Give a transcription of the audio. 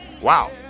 wow